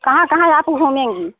कहाँ कहाँ आप घूमेंगी